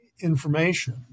information